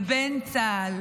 ובין צה"ל.